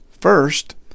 First